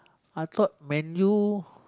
I thought man you